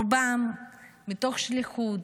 רובם מתוך שליחות,